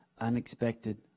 unexpected